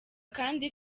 kandi